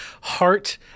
heart